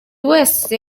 wese